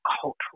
cultural